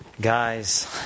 Guys